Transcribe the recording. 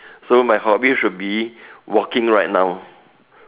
so my hobby should be walking like now